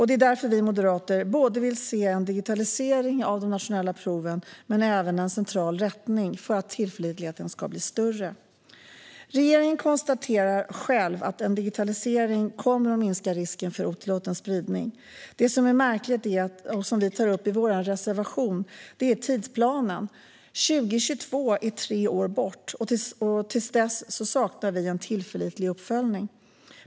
Det är därför vi moderater både vill se en digitalisering av de nationella proven och en central rättning för att tillförlitligheten ska bli större. Regeringen konstaterar själv att en digitalisering kommer att minska risken för otillåten spridning. Det som är märkligt, vilket vi också tar upp i vår reservation, är tidsplanen. År 2022 är tre år bort, och till dess saknar vi en tillförlitlig uppföljning.